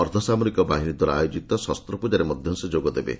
ଅର୍ଦ୍ଧସାମରିକ ବାହିନୀ ଦ୍ୱାରା ଆୟୋଜିତ ଶସ୍ତ୍ରପୂଜାରେ ମଧ୍ୟ ସେ ଯୋଗଦେବେ